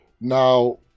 Now